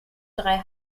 drei